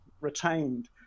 retained